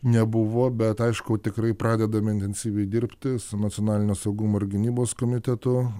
nebuvo bet aišku tikrai pradedam intensyviai dirbti su nacionalinio saugumo ir gynybos komitetu